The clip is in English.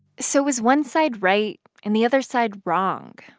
so was one side right and the other side wrong?